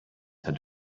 had